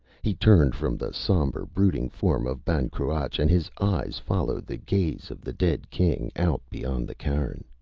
he turned from the sombre, brooding form of ban cruach and his eyes followed the gaze of the dead king, out beyond the cairn.